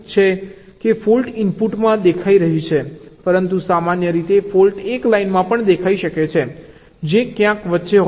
કે ફોલ્ટ ઇનપુટમાં દેખાઈ રહી છે પરંતુ સામાન્ય રીતે ફોલ્ટ એક લાઈનમાં પણ દેખાઈ શકે છે જે ક્યાંક વચ્ચે હોય છે